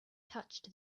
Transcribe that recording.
touched